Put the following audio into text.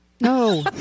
No